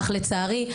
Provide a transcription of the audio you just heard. אך צערי,